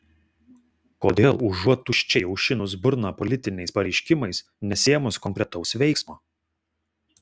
kodėl užuot tuščiai aušinus burną politiniais pareiškimais nesiėmus konkretaus veiksmo